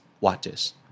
watches